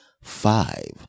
five